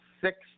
six